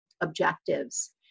objectives